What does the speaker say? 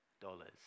dollars